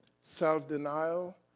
self-denial